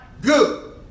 good